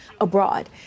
abroad